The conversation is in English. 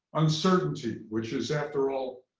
uncertainty, which is, after all,